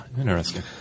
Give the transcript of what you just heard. interesting